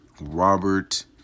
Robert